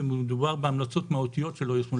מדובר בהמלצות מהותיות שלא יושמו.